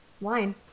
wine